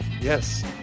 Yes